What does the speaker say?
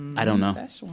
i don't know